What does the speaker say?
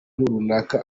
runaka